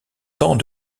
tant